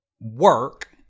work